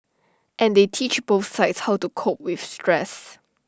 and they teach both sides how to cope with stress